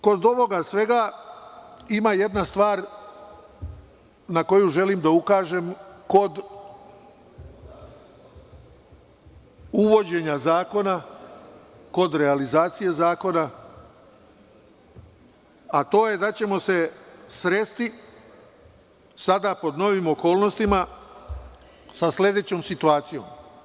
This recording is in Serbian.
Kod ovoga svega ima jedna stvar na koju želim da ukažem kod uvođenja zakona, kod realizacije zakona, a to je da ćemo se sresti sada pod novim okolnostima sa sledećom situacijom.